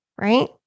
Right